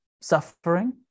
suffering